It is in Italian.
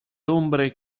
ombre